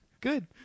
good